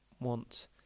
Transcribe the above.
want